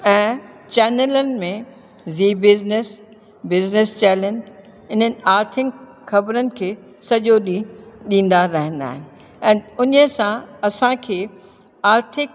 ऐं चैनिलनि में ज़ी बिज़ीनिस बिज़िनिस चैनल इन्हनि आर्थिक ख़बरुनि खे सॼो ॾींहुं ॾींदा रहंदा आहिनि ऐं उन्हीअ सां असांखे आर्थिक